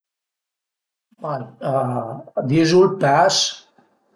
A dizu ël pes